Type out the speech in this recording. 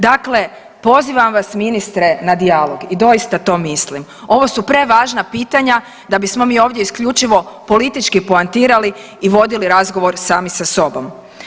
Dakle, pozivam vas ministre na dijalog i doista to mislim, ovo su prevažna pitanja da bismo mi ovdje isključivo politički poentirali i vodili razgovor sami sa sobom.